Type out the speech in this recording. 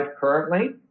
currently